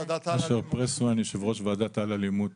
אני יו"ר ועדת אל-אלימות